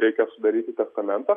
reikia sudaryti testamentą